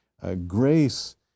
Grace